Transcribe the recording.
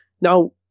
Now